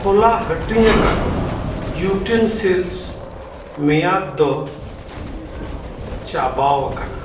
ᱦᱚᱞᱟ ᱦᱟᱹᱴᱤᱧ ᱟᱠᱟᱱ ᱭᱩᱴᱮᱱᱥᱤᱞᱥ ᱢᱮᱭᱟᱫ ᱫᱚ ᱪᱟᱵᱟᱣ ᱟᱠᱟᱱᱟ